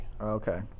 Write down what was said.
Okay